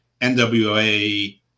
NWA